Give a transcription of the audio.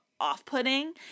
off-putting